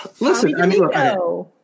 Listen